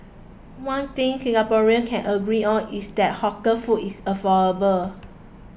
one thing Singaporeans can agree on is that hawker food is affordable